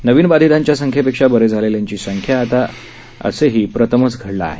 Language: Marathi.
नवीन बाधितांच्या संख्येपेक्षा बरे झालेल्यांची संख्या जास्त असेही प्रथमच घडलं आहे